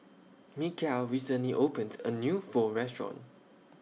Michale recently opened A New Pho Restaurant